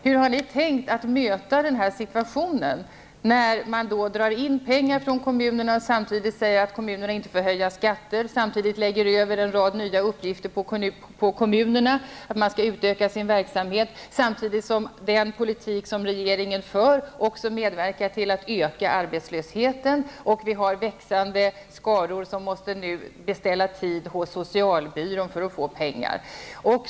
Hur har ni tänkt möta den situation som uppstår när man drar in pengar från kommunerna och samtidigt säger att de inte får höja sina skatter? Samtidigt lägger ni över en rad nya uppgifter på kommunerna, vilket utökar deras verksamhet. Den politik som regeringen för medverkar till att öka arbetslösheten. Växande skaror måste nu beställa tid hos socialbyrån för att få pengar.